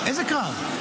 איזה קרב?